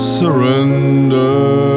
surrender